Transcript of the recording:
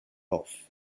off